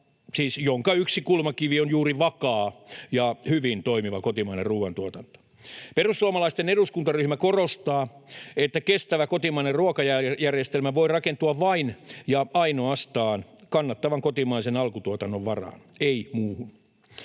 jonka yksi kulmakivi on juuri vakaa ja hyvin toimiva kotimainen ruoantuotanto. Perussuomalaisten eduskuntaryhmä korostaa, että kestävä kotimainen ruokajärjestelmä voi rakentua vain ja ainoastaan kannattavan kotimaisen alkutuotannon varaan, ei muuhun.